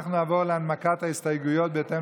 אנחנו נעבור להנמקת ההסתייגויות בהתאם